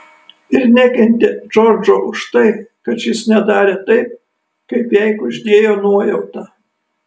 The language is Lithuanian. ir nekentė džordžo už tai kad šis nedarė taip kaip jai kuždėjo nuojauta